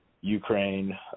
Ukraine